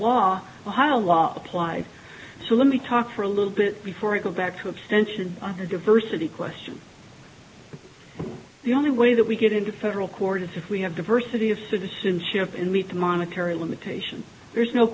law applied so let me talk for a little bit before i go back to abstention on the diversity question the only way that we get into federal court is if we have diversity of citizenship and meet the monetary limitation there's no